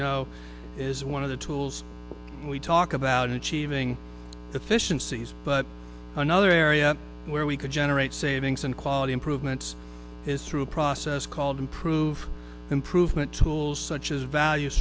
know is one of the tools we talk about achieving efficiencies but another area where we could generate savings and quality improvements is through a process called improve improvement tools such as value